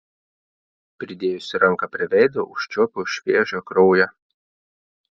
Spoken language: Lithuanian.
pridėjusi ranką prie veido užčiuopiau šviežią kraują